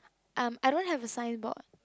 um I don't have a signboard